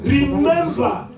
Remember